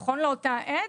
נכון לאותה עת,